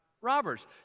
robbers